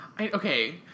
Okay